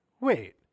wait